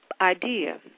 idea